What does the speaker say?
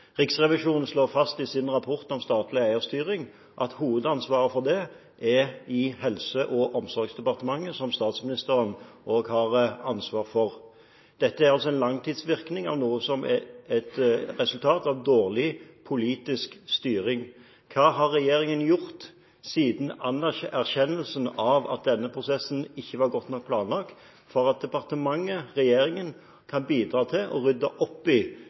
Riksrevisjonen slår fast i sin rapport om statlig eierstyring at hovedansvaret for det er i Helse- og omsorgsdepartementet, som statsministeren også har ansvar for. Dette er altså en langtidsvirkning av noe som er et resultat av dårlig politisk styring. Hva har regjeringen gjort siden erkjennelsen av at denne prosessen ikke var godt nok planlagt, for at departementet – regjeringen – kan bidra til å rydde opp i